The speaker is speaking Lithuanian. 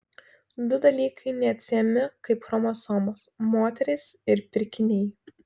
du dalykai neatsiejami kaip chromosomos moterys ir pirkiniai